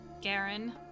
Garen